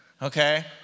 Okay